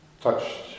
touched